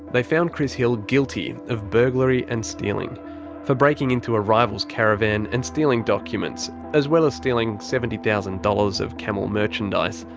they found chris hill guilty of burglary and stealing for breaking into a rival's caravan and stealing documents, as well as stealing seventy thousand dollars of camel merchandise,